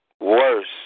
worse